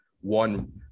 one